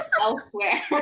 elsewhere